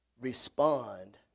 respond